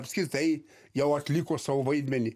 apskritai jau atliko savo vaidmenį